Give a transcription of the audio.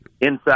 inside